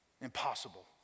Impossible